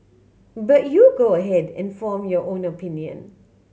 but you go ahead and form your own opinion